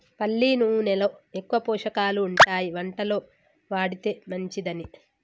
పల్లి నూనెలో ఎక్కువ పోషకాలు ఉంటాయి వంటలో వాడితే మంచిదని